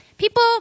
People